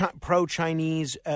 pro-Chinese